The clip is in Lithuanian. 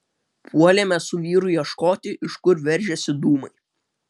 puolėme su vyru ieškoti iš kur veržiasi dūmai